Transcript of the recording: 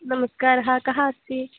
नमस्कारः कः अस्ति